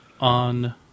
on